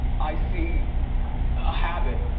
i see a habit.